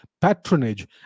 patronage